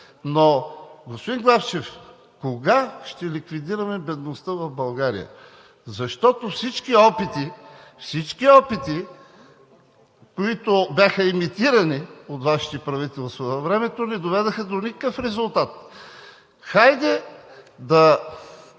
но, господин Главчев, кога ще ликвидираме бедността в България, защото всички опити, които бяха имитирани от Вашите правителства във времето, не доведоха до никакъв резултат. Хайде да